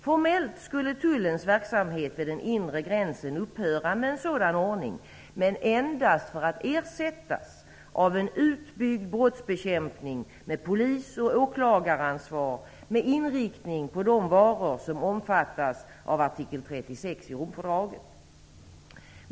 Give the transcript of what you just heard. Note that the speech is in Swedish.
Formellt skulle tullens verksamhet vid den inre gränsen upphöra med en sådan ordning, men endast för att ersätts av en utbyggd brottsbekämpning under polis och åklagaransvar med inriktning på de varor som omfattas av artikel 36 i Romfördraget.